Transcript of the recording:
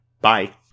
bye